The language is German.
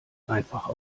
einfach